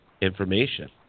information